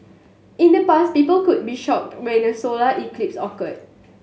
in the past people could be shocked when a solar eclipse occurred